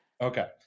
Okay